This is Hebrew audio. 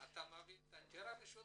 אתה מביא את האינג'ירה לשוטרים?